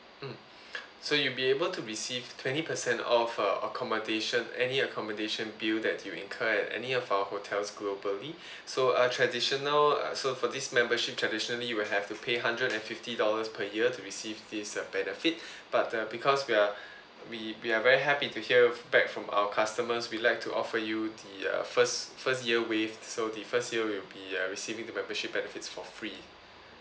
mm so you be able to receive twenty percent off uh accommodation any accommodation bill that you incur at any of our hotels globally so uh traditional uh so for this membership traditionally you will have to pay hundred and fifty dollars per year to receive this uh benefit but uh because we are we we are very happy to hear back from our customers we like to offer you the uh first first year waived so the first year will be uh receiving the membership benefits for free